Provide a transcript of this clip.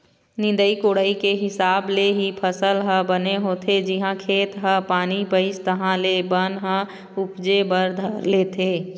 निंदई कोड़ई के हिसाब ले ही फसल ह बने होथे, जिहाँ खेत ह पानी पइस तहाँ ले बन ह उपजे बर धर लेथे